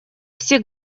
все